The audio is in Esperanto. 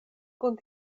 kun